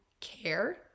care